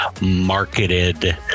marketed